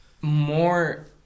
More